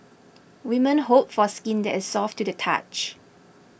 women hope for skin that is soft to the touch